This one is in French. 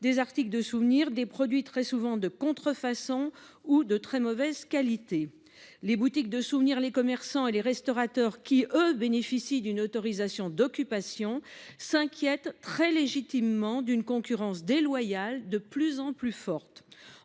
des articles de souvenirs, des produits qui sont très souvent de contrefaçon ou de très mauvaise qualité. Les boutiques de souvenirs, les commerçants et les restaurateurs qui, eux, bénéficient d’une autorisation d’occupation s’inquiètent très légitimement d’une concurrence déloyale de plus en plus forte.